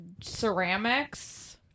ceramics